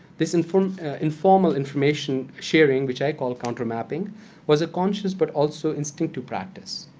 this informal informal information-sharing, which i call countermapping was conscious but also instinctive practice.